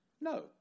no